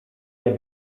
nie